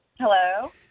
Hello